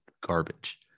garbage